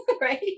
right